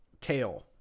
tail